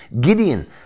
Gideon